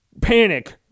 panic